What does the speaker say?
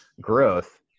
growth